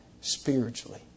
spiritually